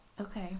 Okay